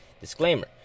Disclaimer